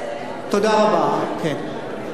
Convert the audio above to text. בבקשה, אדוני.